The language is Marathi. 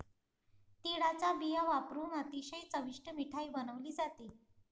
तिळाचा बिया वापरुन अतिशय चविष्ट मिठाई बनवली जाते